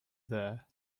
there